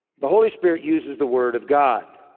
the holy spirit uses the word of god